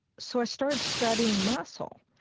so i started studying muscle,